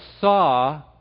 saw